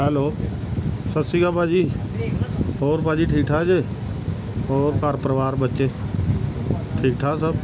hello ਸਤਿ ਸ਼੍ਰੀ ਅਕਾਲ ਭਾਅ ਜੀ ਹੋਰ ਭਾਅ ਜੀ ਠੀਕ ਠਾਕ ਜੀ ਹੋਰ ਘਰ ਪਰਿਵਾਰ ਬੱਚੇ ਠੀਕ ਠਾਕ ਸਭ